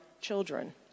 children